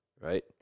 right